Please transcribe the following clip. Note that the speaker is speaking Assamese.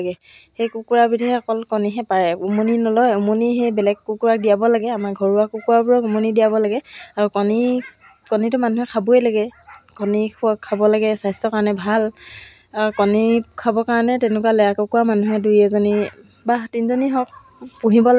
কাম আজৰি সময়ত কৰিছিলোঁ হায়াৰ ছেকেণ্ডেৰী পাছ কৰি কলেজত যেতিয়া নাম লগালোঁ তেতিয়া হোষ্টেলত থাকি লৈছিলোঁ হোষ্টেলত থকা সময়খিনিত কলেজলৈ যাওঁ আহোঁ আহি পিনি অকণমান পঢ়োঁ তাৰপিছত যেতিয়া মই হোষ্টেলত আজৰি সময় পাওঁ তেতিয়াই